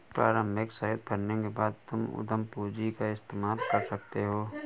प्रारम्भिक seed funding के बाद तुम उद्यम पूंजी का इस्तेमाल कर सकते हो